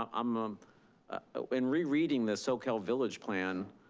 um um ah in rereading the soquel village plan,